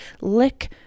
lick